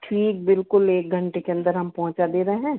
ठीक बिल्कुल एक घंटे के अंदर हम पहुँचा दे रहे हैं